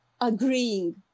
agreeing